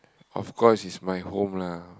of course is my home lah